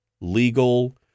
legal